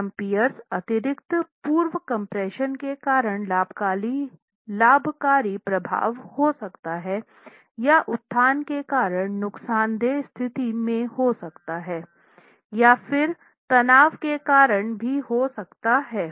चरम पियर अतिरिक्त पूर्व कम्प्रेशन के कारण लाभकारी प्रभाव हो सकता है या उत्थान के कारण नुक़सानदेह स्थिति में हो सकता है या फिर तनाव के कारण भी हो सकता हैं